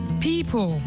People